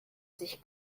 sich